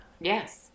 Yes